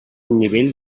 nivell